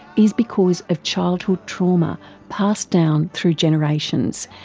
is because of childhood trauma passed down through generations,